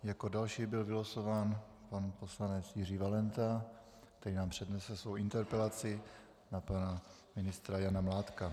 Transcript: Jako další byl vylosován pan poslanec Jiří Valenta, který nám přednese svou interpelaci na pana ministra Jana Mládka.